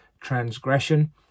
transgression